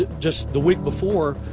just the week before,